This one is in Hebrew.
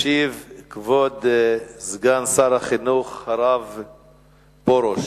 ישיב כבוד שר החינוך, הרב פרוש.